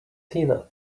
tina